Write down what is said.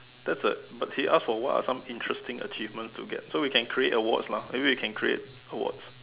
that's it but he ask for what are some interesting achievement to get so we can create awards lah maybe we can create awards